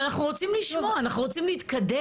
אבל אנחנו רוצים לשמוע, אנחנו רוצים להתקדם.